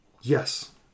Yes